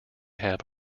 have